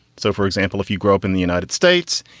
so, for example, if you grow up in the united states,